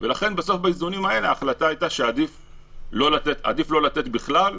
ולכן ההחלטה הייתה שעדיף לא לתת בכלל,